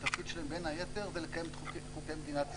התפקיד שלהם בין היתר זה לקיים את חוקי מדינת ישראל.